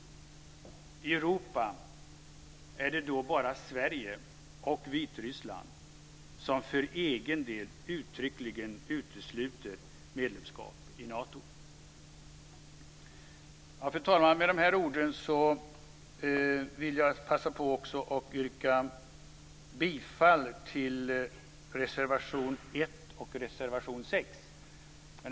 I Europa är det då bara Sverige och Vitryssland som för egen del uttryckligen utesluter medlemskap i Nato. Fru talman! Med dessa ord vill jag passa på att yrka bifall till reservationerna 1 och 6.